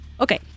Okay